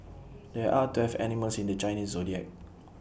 there are twelve animals in the Chinese Zodiac